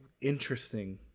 interesting